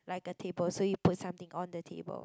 like a table so you put something on the table